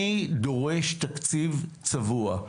אני דורש תקציב צבוע.